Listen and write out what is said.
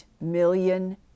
million